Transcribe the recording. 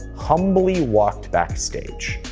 humbly walked backstage.